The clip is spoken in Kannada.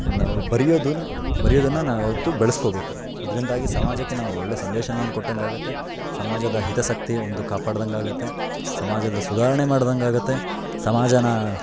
ನಾವು ಬರೆಯೋದನ್ನು ಬರೆಯೋದನ್ನು ನಾವು ಯಾವತ್ತೂ ಬೆಳೆಸ್ಕೊಳ್ಬೇಕು ಇದರಿಂದಾಗಿ ಸಮಾಜಕ್ಕೆ ನಾವು ಒಳ್ಳೆ ಸಂದೇಶನವನ್ನ ಕೊಟ್ಟಂತಾಗುತ್ತೆ ಸಮಾಜದ ಹಿತಾಸಕ್ತಿ ಒಂದು ಕಾಪಾಡ್ದಂತೆ ಆಗುತ್ತೆ ಸಮಾಜದ ಸುಧಾರಣೆ ಮಾಡ್ದಂತಾಗುತ್ತೆ ಸಮಾಜನ